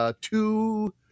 two